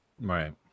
Right